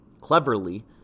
Cleverly